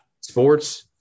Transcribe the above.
sports